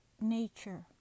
nature